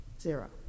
zero